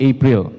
April